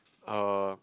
oh